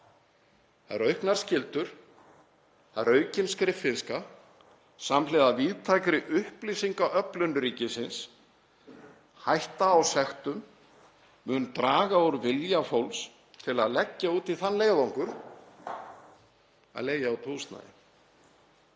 Það eru auknar skyldur, það er aukin skriffinnska samhliða víðtækri upplýsingaöflun ríkisins, hætta á sektum og það mun draga úr vilja fólks til að leggja út í þann leiðangur að leigja út húsnæði,